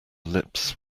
lips